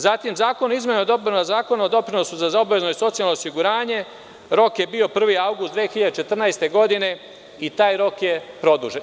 Zatim Zakon o izmenama i dopunama Zakona o doprinosu za obavezno i socijalno osiguranje, rok je bio 1. avgust 2014. godine, i taj rok je produžen.